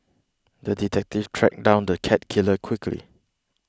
the detective tracked down the cat killer quickly